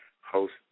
host